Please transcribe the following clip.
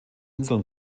inseln